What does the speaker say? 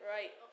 Right